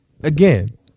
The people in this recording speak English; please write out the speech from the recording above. again